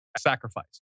sacrifice